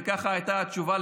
וככה הייתה התשובה,